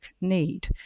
need